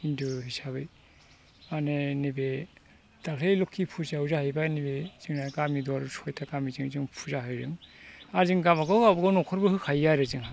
हिन्दु हिसाबै मानि नैबे दाख्लि लोखि फुजायाव जाहैबाय नैबे जोंना गामि दर सयथाजों जोंहा फुजा होदों आरो जों गावबागाव गावबागाव न'खरबो होखायो आरो जोंहा